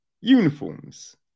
uniforms